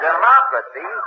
Democracy